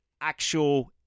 Actual